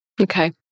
Okay